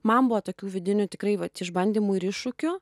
man buvo tokių vidinių tikrai vat išbandymų ir iššūkių